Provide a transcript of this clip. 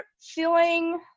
feeling